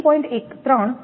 તમે 𝑉3 ની બરાબર 1